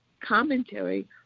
commentary